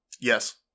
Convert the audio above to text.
Yes